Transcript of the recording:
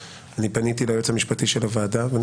אני פניתי ליועץ המשפטי של הוועדה ואני